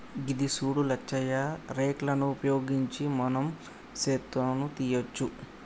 గిది సూడు లచ్చయ్య రేక్ లను ఉపయోగించి మనం సెత్తను తీయవచ్చు